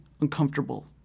uncomfortable